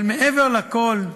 אבל מעבר לכול,